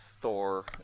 Thor